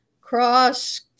cross